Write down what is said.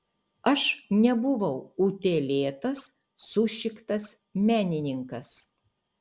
aš nebuvau utėlėtas sušiktas menininkas